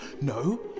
No